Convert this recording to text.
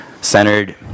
centered